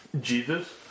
Jesus